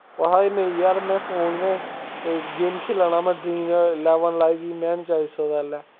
ओह् आखदा नेईं यार में फोन में गेम खेढा ना में ड्रीम इलैवन लाई दी में निं जाई सकदा इसलै